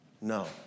No